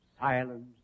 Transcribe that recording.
silence